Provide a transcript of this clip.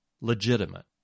legitimate